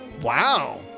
wow